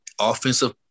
offensive